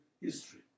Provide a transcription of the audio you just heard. history